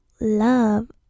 love